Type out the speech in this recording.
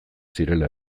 zirela